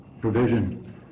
provision